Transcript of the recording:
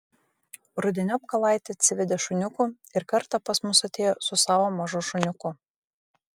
rudeniop kalaitė atsivedė šuniukų ir kartą pas mus atėjo su savo mažu šuniuku